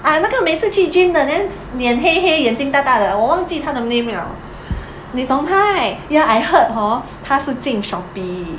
ah 那个每次去 gym 的 then 脸黑黑眼睛大大的我忘记他的 name liao 你懂他 right ya I heard hor 他是进 Shopee